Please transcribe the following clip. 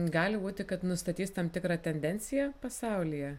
gali būti kad nustatys tam tikrą tendenciją pasaulyje